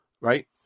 right